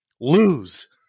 lose